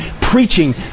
preaching